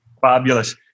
Fabulous